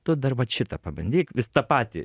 tu dar vat šitą pabandyk vis tą patį